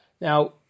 Now